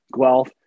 Guelph